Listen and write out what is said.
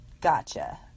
Gotcha